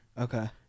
Okay